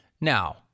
Now